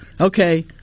okay